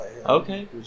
Okay